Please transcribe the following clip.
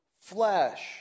flesh